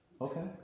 Okay